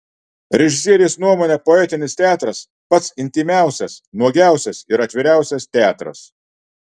režisierės nuomone poetinis teatras pats intymiausias nuogiausias ir atviriausias teatras